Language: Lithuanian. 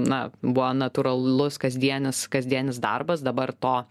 na buvo natūralus kasdienis kasdienis darbas dabar to